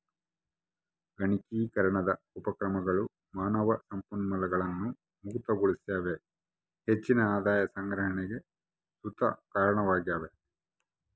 ಗಣಕೀಕರಣದ ಉಪಕ್ರಮಗಳು ಮಾನವ ಸಂಪನ್ಮೂಲಗಳನ್ನು ಮುಕ್ತಗೊಳಿಸ್ಯಾವ ಹೆಚ್ಚಿನ ಆದಾಯ ಸಂಗ್ರಹಣೆಗ್ ಸುತ ಕಾರಣವಾಗ್ಯವ